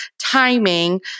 timing